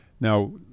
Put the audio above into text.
Now